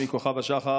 ושומרון, מכוכב השחר,